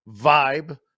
vibe